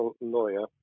lawyer